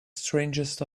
strangest